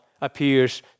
appears